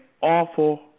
awful